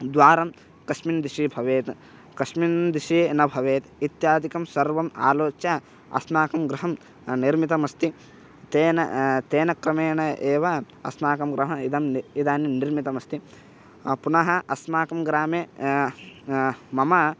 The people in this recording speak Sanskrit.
द्वारं कस्मिन् दिशि भवेत् कस्मिन् दिशि न भवेत् इत्यादिकं सर्वम् आलोच्य अस्माकं गृहं निर्मितमस्ति तेन तेन क्रमेण एव अस्माकं गृहम् इदं नि इदानीं निर्मितमस्ति पुनः अस्माकं ग्रामे मम